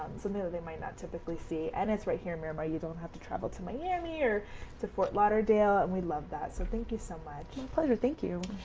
something that they might not typically see and it's right here in miramar. you don't have to travel to miami or to fort lauderdale and we love that so thank you so much. my pleasure thank you.